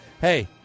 Hey